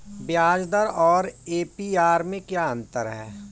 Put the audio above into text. ब्याज दर और ए.पी.आर में क्या अंतर है?